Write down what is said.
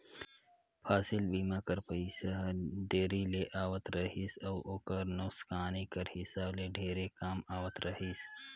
फसिल बीमा कर पइसा हर देरी ले आवत रहिस अउ ओकर नोसकानी कर हिसाब ले ढेरे कम आवत रहिस